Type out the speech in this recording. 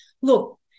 look